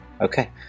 Okay